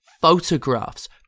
Photographs